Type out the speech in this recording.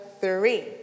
three